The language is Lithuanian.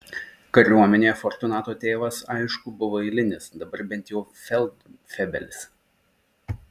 kariuomenėje fortunato tėvas aišku buvo eilinis dabar bent jau feldfebelis